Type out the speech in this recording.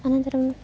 अनन्तरम्